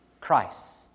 Christ